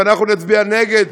ואנחנו נצביע נגד,